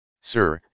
Sir